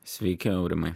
sveiki aurimai